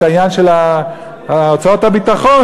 את העניין של הוצאות הביטחון.